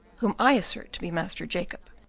whom i assert to be master jacob,